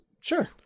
Sure